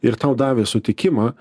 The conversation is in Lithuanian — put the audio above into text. ir tau davė sutikimą